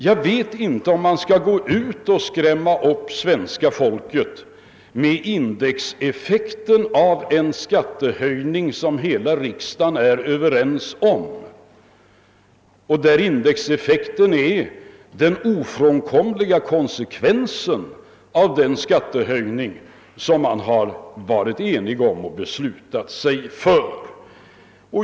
Jag vet inte om man skall gå ut och skrämma upp svenska folket med den ofrånkomliga effekten av en skattehöjning som hela riksdagen varit överens om och beslutat sig för.